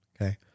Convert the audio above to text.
Okay